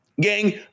Gang